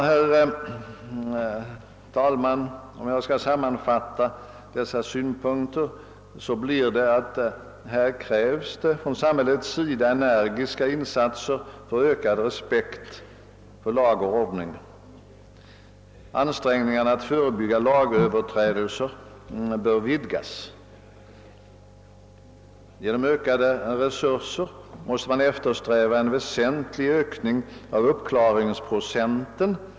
Herr talman! Om jag skall sammanfatta mina synpunkter vill jag säga att det från samhällets sida krävs energiska insatser för ökad respekt för lag och ordning. Ansträngningarna att förebygga lagöverträdelser bör vidgas. Genom ökade resurser måste man eftersträva en väsentlig ökning av uppklaringsprocenten.